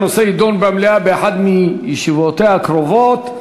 הנושא יידון במליאה באחת מישיבותיה הקרובות.